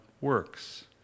works